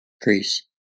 Greece